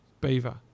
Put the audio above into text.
Beaver